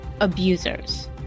abusers